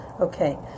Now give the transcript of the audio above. Okay